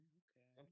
okay